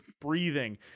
breathing